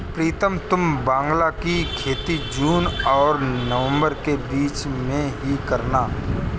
प्रीतम तुम बांग्ला की खेती जून और नवंबर के बीच में ही करना